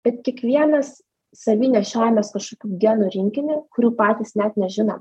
bet kiekvienas savy nešiojamės kažkokių genų rinkinį kurių patys net nežinom